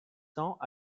cents